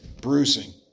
bruising